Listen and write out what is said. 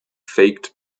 faked